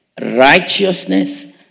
righteousness